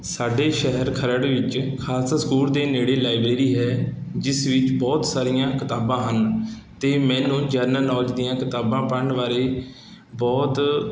ਸਾਡੇ ਸ਼ਹਿਰ ਖਰੜ ਵਿੱਚ ਖਾਲਸਾ ਸਕੂਲ ਦੇ ਨੇੜੇ ਲਾਈਬ੍ਰੇਰੀ ਹੈ ਜਿਸ ਵਿੱਚ ਬਹੁਤ ਸਾਰੀਆਂ ਕਿਤਾਬਾਂ ਹਨ ਅਤੇ ਮੈਨੂੰ ਜਨਰਲ ਨੌਲਜ ਦੀਆਂ ਕਿਤਾਬਾਂ ਪੜ੍ਹਨ ਬਾਰੇ ਬਹੁਤ